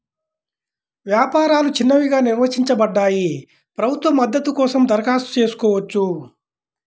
వ్యాపారాలు చిన్నవిగా నిర్వచించబడ్డాయి, ప్రభుత్వ మద్దతు కోసం దరఖాస్తు చేసుకోవచ్చు